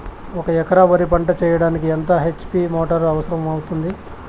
ఒక ఎకరా వరి పంట చెయ్యడానికి ఎంత హెచ్.పి మోటారు అవసరం అవుతుంది?